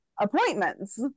appointments